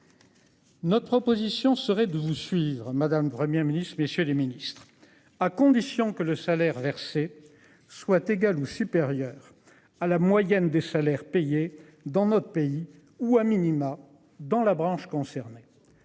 Notre proposition serait de vous suivre. Madame Première ministre, messieurs les ministres, à condition que le salaire versé soit égal ou supérieur à la moyenne des salaires payés dans notre pays, ou a minima dans la branche concernée.